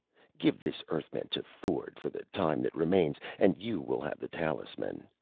give this earthman to thord, for the time that remains and you will have the talisman.